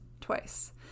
twice